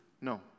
No